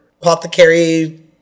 apothecary